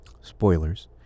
Spoilers